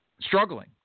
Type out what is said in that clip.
struggling